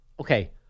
Okay